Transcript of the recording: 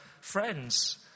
friends